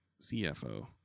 CFO